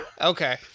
Okay